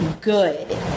good